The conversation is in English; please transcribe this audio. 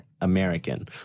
American